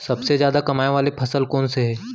सबसे जादा कमाए वाले फसल कोन से हे?